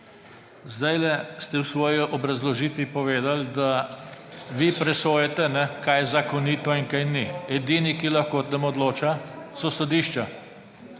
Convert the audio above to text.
Zdaj ste v svoji obrazložitvi povedali, da vi presojate, kaj je zakonito in kaj ni. Edini, ki lahko o tem odloča, so sodišča.